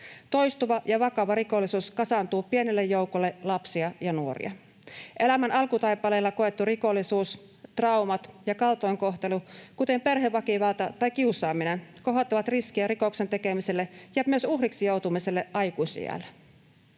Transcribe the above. Toistuva ja vakava rikollisuus kasaantuu pienelle joukolle lapsia ja nuoria. Elämän alkutaipaleella koettu rikollisuus, traumat ja kaltoinkohtelu, kuten perheväkivalta tai kiusaaminen, kohottavat riskiä rikosten tekemiselle ja uhriksi joutumiselle myös aikuisiässä.